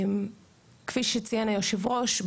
כפי שציין יושב הראש,